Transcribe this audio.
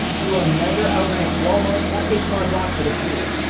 you will never outrank walmart or h and r block for this keyword.